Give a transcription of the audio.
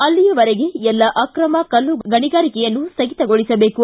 ಅಲ್ಲಿಯವರೆಗೆ ಎಲ್ಲ ಅಕ್ರಮ ಕಲ್ಲು ಗಣಿಗಾರಿಕೆಯನ್ನು ಸ್ನಗಿತಗೊಳಿಸಬೇಕು